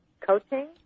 coaching